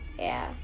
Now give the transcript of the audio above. ya